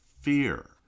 fear